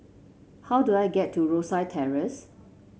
how do I get to Rosyth Terrace